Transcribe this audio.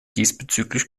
diesbezüglich